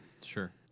sure